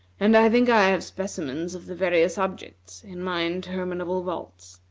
and i think i have specimens of the various objects in my interminable vaults.